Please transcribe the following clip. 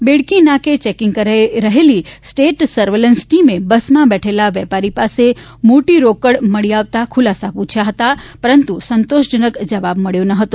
બેડકી નાકે ચેકીંગ કરી રહેલી સ્ટેટ સર્વેલન્સ ટીમે બસમાં બેઠેલા વેપારી પાસે મોટી રોકડ મળી આવતા ખુલાસા પુછવા હતા પરંતુ સંતોષજનક જવાબ મળ્યો નહોતો